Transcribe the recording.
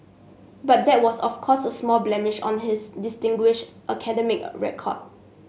but that was of course a small blemish on his distinguished academic record